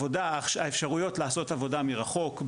האפשרויות לעשות עבודה מרחוק,